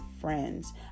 friends